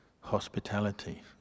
hospitality